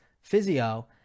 physio